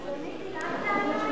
אדוני, דילגת עלי?